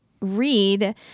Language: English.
read